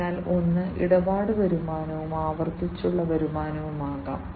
അതിനാൽ ഒന്ന് ഇടപാട് വരുമാനവും ആവർത്തിച്ചുള്ള വരുമാനവുമാകാം